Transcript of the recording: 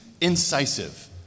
incisive